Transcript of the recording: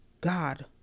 God